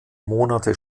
monate